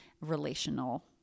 relational